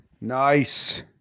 Nice